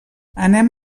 anem